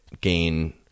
gain